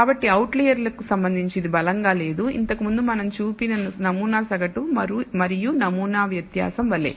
కాబట్టి అవుట్లైయర్లకు సంబంధించి ఇది బలంగా లేదు ఇంతకు ముందు మనం చూసిన నమూనా సగటు మరియు నమూనా వ్యత్యాసం వలె